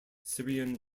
syrian